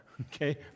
okay